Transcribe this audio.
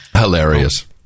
Hilarious